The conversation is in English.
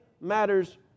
matters